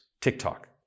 TikTok